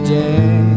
day